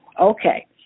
okay